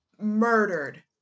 murdered